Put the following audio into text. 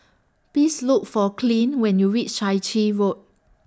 Please Look For Clint when YOU REACH Chai Chee Road